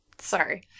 Sorry